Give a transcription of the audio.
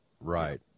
Right